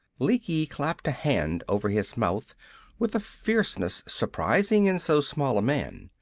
lecky clapped a hand over his mouth with a fierceness surprising in so small a man.